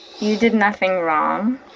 you did nothing wrong.